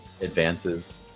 advances